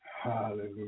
Hallelujah